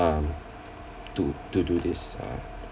um to to do this uh